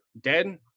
dead